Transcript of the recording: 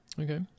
okay